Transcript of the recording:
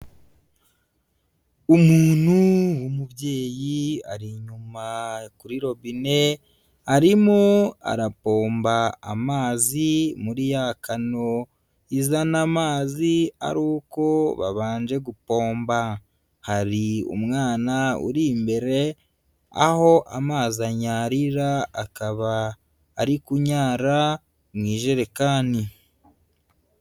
umuntu w'umubyeyi ari inyuma kuri robine, arimo arapomba amazi muri ya kano izana amazi ari uko babanje gupomba, hari umwana uri imbere aho amazi anyarira akaba ari kunyara mu ijerekani.